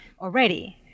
already